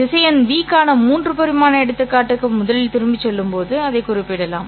திசையன் v க்கான 3 பரிமாண எடுத்துக்காட்டுக்கு முதலில் திரும்பிச் செல்லும்போது அதைக் குறிப்பிடலாம்